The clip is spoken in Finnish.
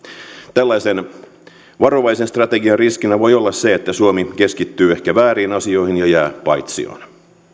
tällaisen varovaisen strategian riskinä voi olla se että suomi keskittyy ehkä vääriin asioihin ja jää paitsioon